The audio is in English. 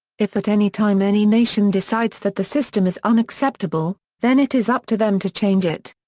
if at any time any nation decides that the system is unacceptable, then it is up to them to change it.